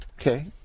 Okay